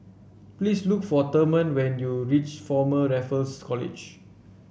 please look for Therman when you reach Former Raffles College